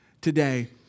today